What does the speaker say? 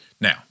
Now